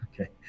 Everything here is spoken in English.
Okay